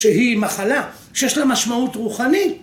שהיא מחלה שיש לה משמעות רוחנית.